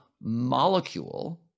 molecule